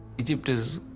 egypt is,